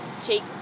take